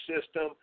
system